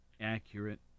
accurate